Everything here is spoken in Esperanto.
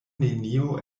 nenio